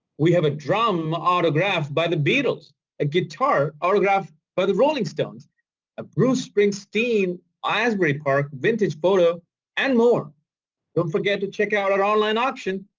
we have a drum autographed by the beatles a guitar autographed by the rolling stones a bruce springsteen asbury park vintage photo and more don't forget to check out our online auction